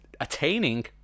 attaining